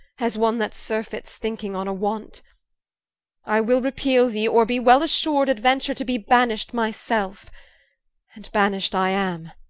as one that surfets, thinking on a want i will repeale thee, or be well assur'd, aduenture to be banished my selfe and banished i am,